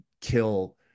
kill